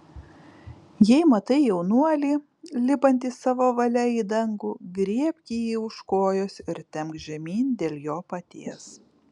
jei matai jaunuolį lipantį savo valia į dangų griebk jį už kojos ir temk žemyn dėl jo paties